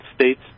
States